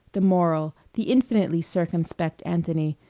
the moral, the infinitely circumspect anthony,